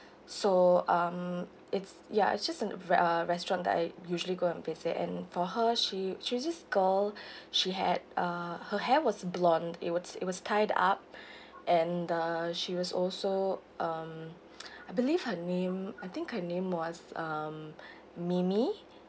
so um it's ya it's just an uh restaurant that I usually go and visit and for her she she was just girl she had uh her hair was blond it was it was tied up and uh she was also um I believed her name I think her name was um mimi